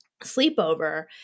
sleepover